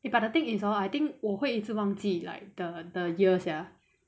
eh but the thing hor I think 我会一直忘记 like the the year sia